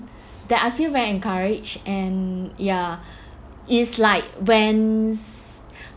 that I feel very encouraged and ya it's like when